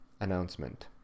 announcement